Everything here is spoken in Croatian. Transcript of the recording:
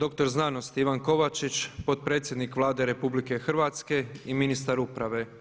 Doktor znanosti Ivan Kovačić, potpredsjednik Vlade Republike Hrvatske i ministar uprave.